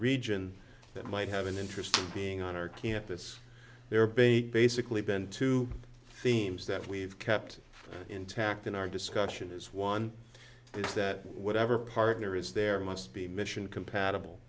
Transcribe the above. region that might have an interest in being on our campus there be basically been two themes that we've kept intact in our discussion is one is that whatever partner is there must be mission compatible